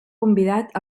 convidat